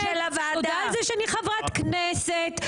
תודה על זה שאני חברת הכנסת.